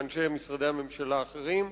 ולאנשי משרדי הממשלה האחרים.